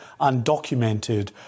undocumented